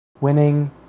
winning